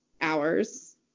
hours